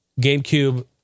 GameCube